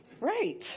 right